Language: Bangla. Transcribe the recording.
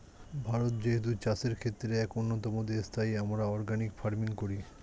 ভারত যেহেতু চাষের ক্ষেত্রে এক অন্যতম দেশ, তাই আমরা অর্গানিক ফার্মিং করি